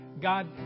God